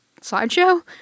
slideshow